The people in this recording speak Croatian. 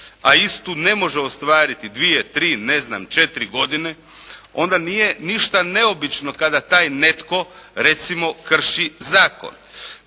a istu ne može ostvariti 2, 3, ne znam, 4 godine, onda nije ništa neobično kada taj netko, recimo krši zakon.